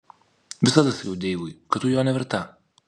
visada sakiau deivui kad tu jo neverta